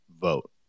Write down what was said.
vote